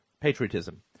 patriotism